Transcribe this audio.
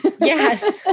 Yes